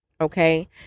Okay